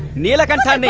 neelakantham yeah